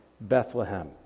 Bethlehem